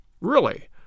Really